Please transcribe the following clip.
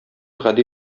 гади